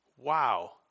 Wow